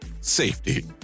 safety